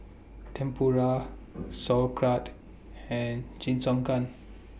Tempura Sauerkraut and Jingisukan